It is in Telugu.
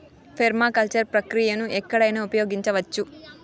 పెర్మాకల్చర్ ప్రక్రియను ఎక్కడైనా ఉపయోగించవచ్చు